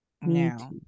now